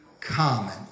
common